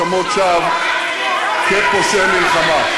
כפושעי מלחמה.